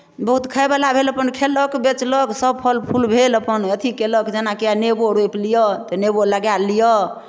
बहुत खाय भेल अपन खयलक बेचलक सभ फल फूल भेल अपन अथी कयलक जेनाकि आइ नेबो रोपि लिअ तऽ नेबो लगाए लिअ